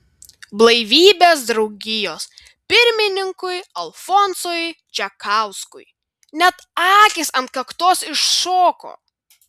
blaivybės draugijos pirmininkui alfonsui čekauskui net akys ant kaktos iššoko